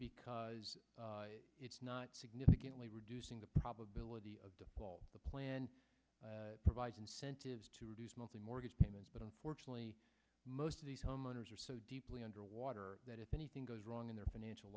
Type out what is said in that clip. because it's not significantly reducing the probability of default the plan provides incentives to the mortgage payments but unfortunately most of these homeowners are so deeply underwater that if anything goes wrong in their financial